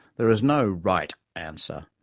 there is no right answer.